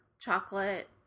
chocolate